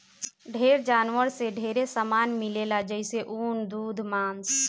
ढेर जानवर से ढेरे सामान मिलेला जइसे ऊन, दूध मांस